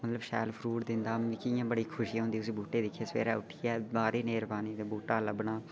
मतलब शैल फ्रूट दिंदा मिकी इयां बड़ी खुशी हुंदी उसी बूह्टे गी दिक्खिये सबेरे उट्ठियै बाहरे गी नजर पानी ते बूह्टा लब्भना